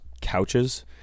couches